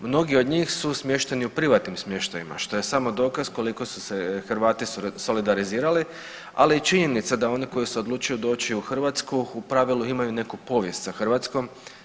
Mnogi od njih su smješteni u privatnim smještajima što je samo dokaz koliko su se Hrvati solidarizirali ali i činjenica da onaj koji se odlučio doći u Hrvatsku u pravilu imaju neku povijest sa Hrvatskom.